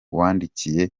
wandikiye